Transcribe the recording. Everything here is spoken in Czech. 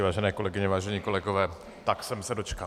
Vážené kolegyně, vážení kolegové, tak jsem se dočkal.